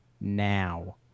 Now